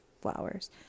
flowers